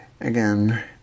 again